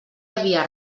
havia